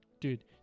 dude